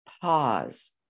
Pause